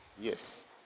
Yes